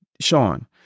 sean